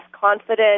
confident